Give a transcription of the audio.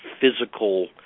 physical